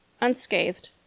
unscathed